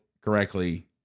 correctly